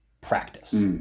practice